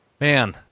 man